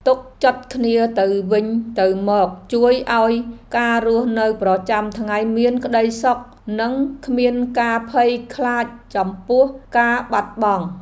ទុកចិត្តគ្នាទៅវិញទៅមកជួយឱ្យការរស់នៅប្រចាំថ្ងៃមានក្តីសុខនិងគ្មានការភ័យខ្លាចចំពោះការបាត់បង់។